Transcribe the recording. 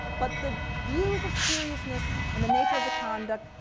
but the views of seriousness and the nature of the conduct,